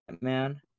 Man